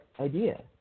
idea